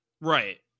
Right